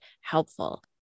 helpful